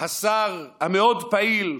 השר המאוד-פעיל,